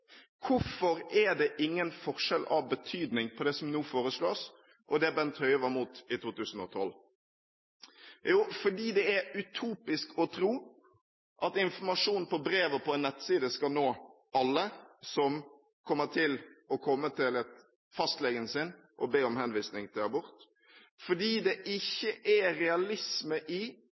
Hvorfor er det ingen forskjell av betydning på det som nå foreslås, og det Bent Høie var mot i 2012? Jo, fordi det er utopisk å tro at informasjon i brev og på en nettside skal nå alle som kommer til å komme til fastlegen sin og be om henvisning til abort, fordi det ikke er realisme i